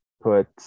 put